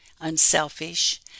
unselfish